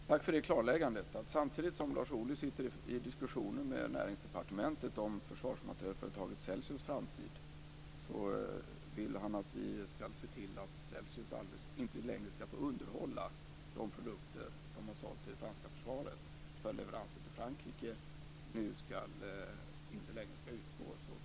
Fru talman! Tack för det klarläggandet. Samtidigt som Lars Ohly sitter i diskussioner med Näringsdepartementet om försvarsmaterielföretaget Celsius framtid vill han att vi ska se till att Celsius inte längre ska få underhålla de produkter som de har sålt till det franska försvaret, att följdleveranser till Frankrike inte längre ska utgå. Så tolkar jag Lars Ohlys svar.